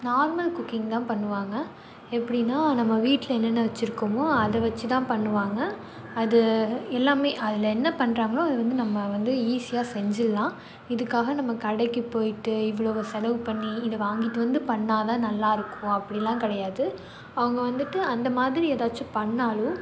normal cooking தான் பண்ணுவாங்க எப்படின்னா நம்ம வீட்ல என்னென்ன வச்சிருக்கோமோ அதை வச்சி தான் பண்ணுவாங்க அது எல்லாமே அதில் என்ன பண்றாங்களோ அது வந்து நம்ம வந்து ஈஸியாக செஞ்சிடல்லாம் இதுக்காக நம்ம கடைக்கு போய்ட்டு இவ்வளோவு செலவு பண்ணி இதை வாங்கிட்டு வந்து பண்ணால் தான் நல்லாயிருக்கும் அப்படிலாம் கிடையாது அவங்க வந்துட்டு அந்த மாதிரி எதாச்சும் பண்ணாலும்